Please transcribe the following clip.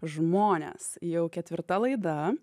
žmones jau ketvirta laida